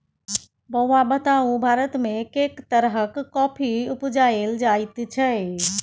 बौआ बताउ भारतमे कैक तरहक कॉफी उपजाएल जाइत छै?